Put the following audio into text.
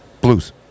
blues